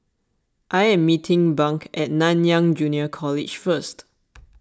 I am meeting Bunk at Nanyang Junior College First